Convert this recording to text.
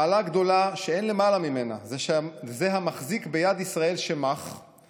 מעלה גדולה שאין למעלה ממנה זה המחזיק ביד ישראל שֶׁמָּךְ